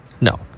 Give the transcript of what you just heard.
No